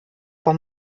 vor